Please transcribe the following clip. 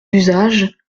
d’usage